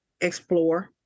explore